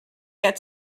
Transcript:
get